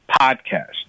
podcast